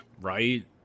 Right